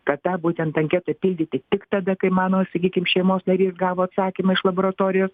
kad tą būtent anketą pildyti tik tada kai mano sakykim šeimos narys gavo atsakymą iš laboratorijos